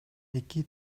эки